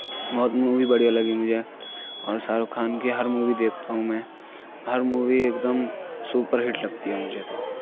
بہت مووی بڑھیا لگی مجھے اور شاہ رُخ خان کی ہر مووی دیکھتا ہوں میں ہر مووی ایک دم سپر ہٹ لگتی ہے مجھے تو